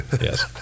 yes